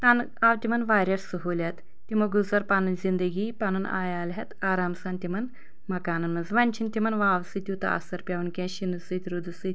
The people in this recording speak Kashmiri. تَنہٕ آو تِمَن واریاہ سہوٗلیت تِمو گُزٲر پَنٕنۍ زِندگی پَنُن عیال ہیٚتھ آرام سان تِمَن مَکانن منٛز وۄنۍ چھِنہٕ تِمَن واوٕ سۭتۍ تیٛوٗتاہ اَثر پیٚوان کیٚنٛہہ شیٖنہٕ سۭتۍ روٗدٕ سۭتۍ